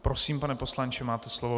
Prosím, pane poslanče, máte slovo.